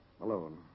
alone